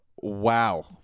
Wow